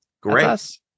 great